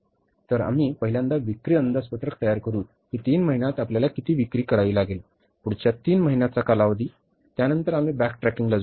तर आम्ही पहिल्यांदा विक्री अंदाजपत्रक तयार करू की तीन महिन्यात आपल्याला किती विक्री करावी लागेल पुढच्या तीन महिन्यांचा कालावधी आणि त्यानंतर आम्ही बॅकट्रॅकिंगला जाऊ